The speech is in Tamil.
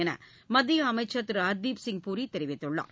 என மத்திய அமைச்சர் திரு ஹர்தீப்சிங் பூரி தெரிவித்துள்ளார்